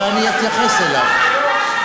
ואני אתייחס אליו.